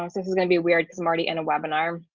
um this is going to be weird cuz i'm already in a webinar.